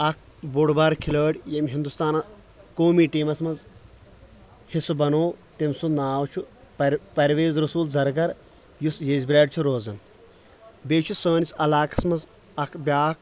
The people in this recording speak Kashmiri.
اکھ بوٚڑ بار کھلٲڑۍ ییٚمۍ ہندوستانن قومی ٹیٖمس منٛز حصہٕ بنوٚو تٔمۍ سُنٛد ناو چھُ پر پرویز رسوٗل زرگر یُس یجبراڑِ چھُ روزان بیٚیہِ چھِ سٲنِس علاقعس منٛز اکھ بیٛاکھ